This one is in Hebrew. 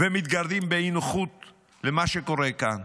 ומתגרדים באי-נוחות על מה שקורה כאן,